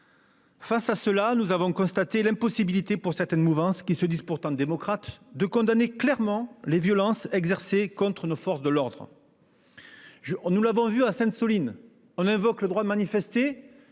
République. Nous avons constaté l'impossibilité pour cette mouvance, qui se dit pourtant démocrate, de condamner clairement les violences exercées contre nos forces de l'ordre. Nous l'avons vu à Sainte-Soline : elle invoque le droit de manifester,